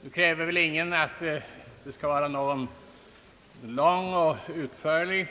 Ingen kräver väl en lång och utförlig